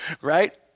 Right